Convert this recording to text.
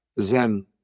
Zen